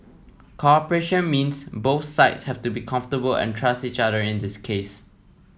cooperation means both sides have to be comfortable and trust each other in this case